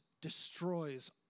destroys